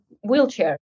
wheelchair